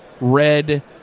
red